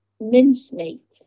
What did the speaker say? mincemeat